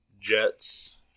Jets